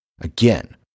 again